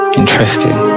interesting